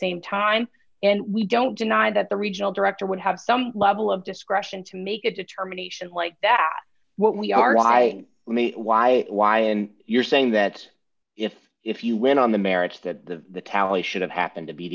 same time and we don't deny that the regional director would have some level of discretion to make a determination like that what we are why why why and you're saying that if if you win on the merits the tally should have happened to be